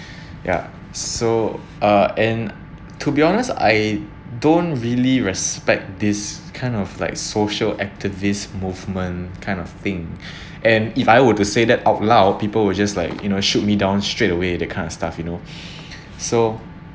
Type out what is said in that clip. yeah so uh and to be honest I don't really respect this kind of like social activist movement kind of thing and if I were to say that out loud people will just like you know shoot me down straight away that kind of stuff you know so